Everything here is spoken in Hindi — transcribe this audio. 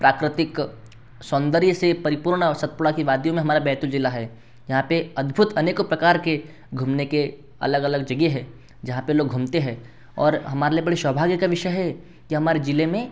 प्राकृतिक सौन्दर्य से परिपूर्ण सतपुड़ा की वादियों में हमारा बैतूल जिला है यहाँ पर अद्भुत अनेकों प्रकार के घूमने के अलग अलग जगह हैं जहाँ पर लोग घूमते हैं और हमारे लिए बड़े सौभाग्य का विषय है कि हमारे जिले में